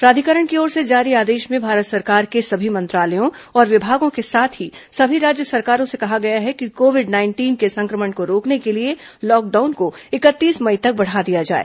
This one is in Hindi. प्राधिकरण की ओर से जारी आदेश में भारत सरकार के सभी मंत्रालयों और विभागों के साथ ही सभी राज्य सरकारों से कहा गया है कि कोविड नाइंटीन के संक्रमण को रोकने के लिए लॉकडाउन को इकतीस मई तक बढ़ा दिया जाए